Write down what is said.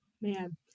man